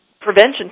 prevention